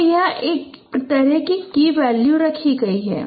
तो यह है कि कैसे एक की वैल्यू रखी गयी है